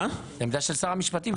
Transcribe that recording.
זאת העמדה של שר המשפטים.